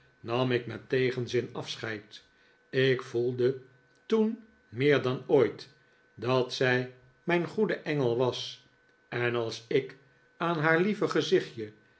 nam ik met tegenzin afscheid ik voelde toen meer dan ooit dat zij mijn goede engel was en als ik aan haar lieve gezichtje